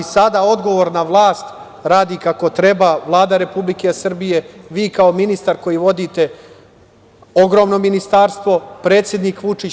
Sada odgovorna vlast radi kako treba, Vlada Republike Srbije, vi kao ministar koji vodite ogromno ministarstvo, predsednik Vučić.